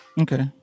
Okay